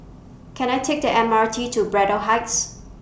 Can I Take The M R T to Braddell Heights